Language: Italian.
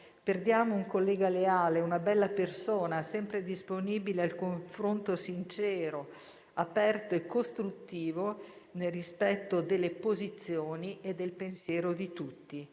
perdiamo un collega leale, una bella persona, sempre disponibile al confronto sincero, aperto e costruttivo, nel rispetto delle posizioni e del pensiero di tutti.